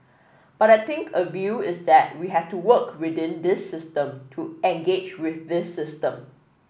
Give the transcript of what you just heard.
but I think a view is that we have to work within this system to engage with this system